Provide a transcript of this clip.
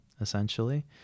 essentially